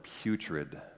putrid